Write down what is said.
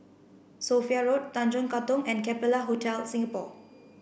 Sophia Road Tanjong Katong and Capella Hotel Singapore